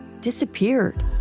disappeared